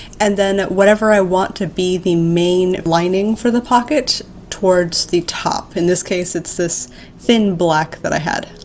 and then whatever i want to be the main lining for the pocket towards the top. in this case, it's this thin black that i had.